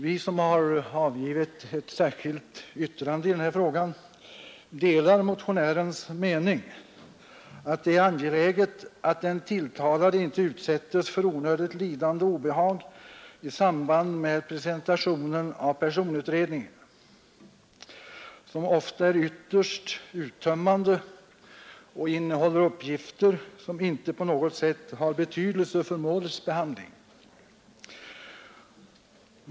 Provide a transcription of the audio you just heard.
Vi som har avgivit ett särskilt yttrande i denna fråga delar motionärens mening att det är angeläget att den tilltalade inte utsätts för onödigt lidande och obehag i samband med presentationen av personutredningen, som ofta är ytterst uttömmande och innehåller uppgifter som inte på något sätt har betydelse för målets behandling.